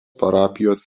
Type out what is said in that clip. parapijos